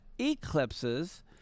eclipses